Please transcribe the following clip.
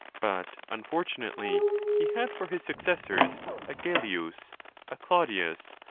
but unfortunately he had for his successors a gellius, a claudius,